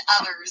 others